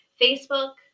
Facebook